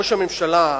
ראש הממשלה,